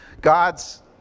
God's